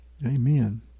Amen